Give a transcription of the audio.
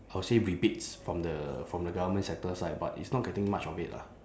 I'll say rebates from the from the government sector side but it's not getting much of it lah